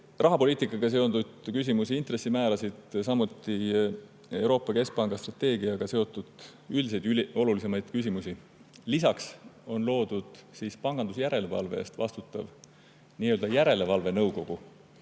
rahapoliitikaga seonduvaid küsimusi, intressimäärasid, samuti Euroopa Keskpanga strateegiaga seotud üldiseid olulisemaid küsimusi. Lisaks on loodud pangandusjärelevalve eest vastutav järelevalvenõukogu,